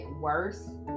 worse